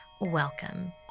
welcome